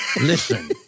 listen